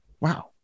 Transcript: Wow